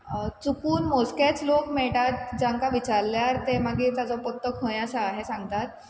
चुकून मोजकेच लोक मेळटात जांकां विचारल्यार ते मागीर ताजो पत्तो खंय आसा हें सांगतात